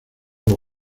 los